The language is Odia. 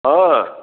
ହଁ